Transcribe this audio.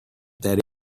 that